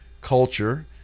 culture